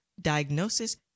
diagnosis